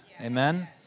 Amen